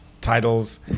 titles